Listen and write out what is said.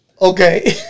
Okay